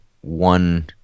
One